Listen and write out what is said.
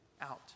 out